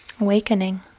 awakening